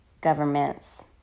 government's